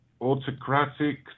autocratic